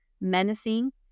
menacing